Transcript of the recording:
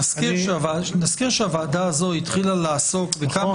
נזכיר שהוועדה הזאת התחילה לעסוק בכמה